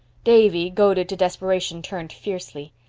davy, goaded to desperation, turned fiercely.